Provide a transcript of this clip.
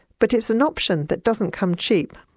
but it's an option that doesn't come cheap.